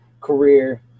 career